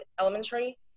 elementary